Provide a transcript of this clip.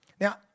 Now